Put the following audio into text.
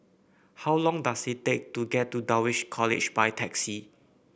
how long does it take to get to Dulwich College by taxi